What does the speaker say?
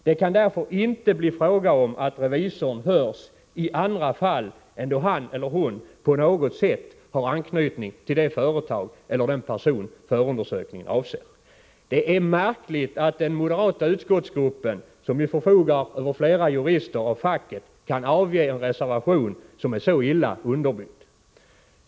Det kan därför inte bli fråga om att revisorn hörs i andra fall än då han eller hon på något sätt har anknytning till det företag eller den person förundersökningen avser. Det är märkligt att den moderata utskottsgruppen, som ju förfogar över flera jurister av facket, kan avge en reservation som är så illa underbyggd.